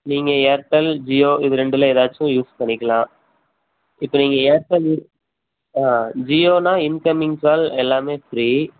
நீங்கள் ஏர்டெல் ஜியோ இது ரெண்டில் ஏதாச்சும் யூஸ் பண்ணிக்கலாம் இப்போ நீங்கள் ஏர்டெல் யூஸ் ஆ ஜியோன்னால் இன்கம்மிங் கால் எல்லாமே ஃப்ரீ